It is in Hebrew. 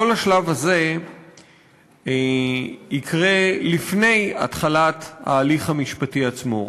כל השלב הזה יקרה לפני התחלת ההליך המשפטי עצמו.